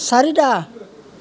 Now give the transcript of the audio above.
চাৰিটা